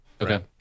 Okay